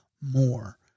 more